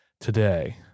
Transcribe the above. today